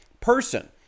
person